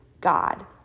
God